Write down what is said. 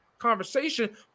conversation